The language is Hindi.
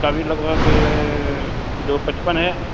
उसका भी लगभग दो पचपन है